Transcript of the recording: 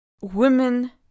women